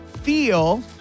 Feel